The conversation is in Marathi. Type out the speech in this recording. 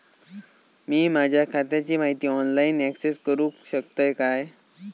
मी माझ्या खात्याची माहिती ऑनलाईन अक्सेस करूक शकतय काय?